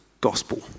gospel